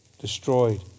destroyed